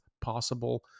possible